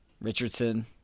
richardson